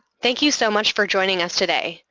thank you so much for joining us today.